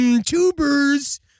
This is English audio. Tubers